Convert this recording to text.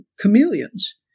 chameleons